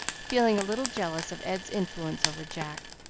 feeling a little jealous of ed's influence over jack,